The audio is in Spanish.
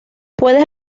puede